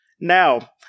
Now